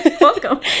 Welcome